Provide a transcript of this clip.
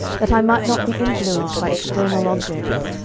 that i might not be influenced by external objects,